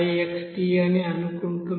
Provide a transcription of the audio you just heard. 5-5xD అని అనుకుంటున్నాను